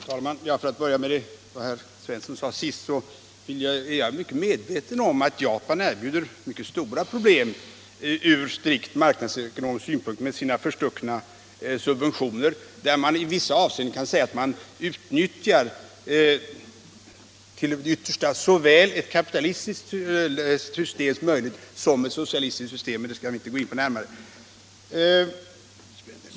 Herr talman! För att börja med vad herr Svensson i Malmö sade senast är jag väl medveten om att Japan erbjuder mycket stora problem ur strikt marknadsekonomisk synpunkt med sina förstuckna subventioner. I vissa avseenden kan det sägas att man i Japan till det yttersta utnyttjar såväl ett kapitalistiskt systems möjligheter som ett socialistiskt systems, men det skall vi inte gå in på närmare.